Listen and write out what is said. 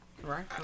Right